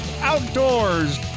Outdoors